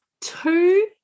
two